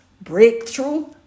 breakthrough